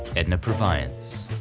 edna purviance.